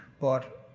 but.